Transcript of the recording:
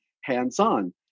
hands-on